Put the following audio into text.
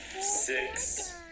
Six